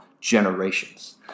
generations